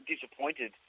disappointed